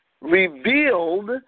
revealed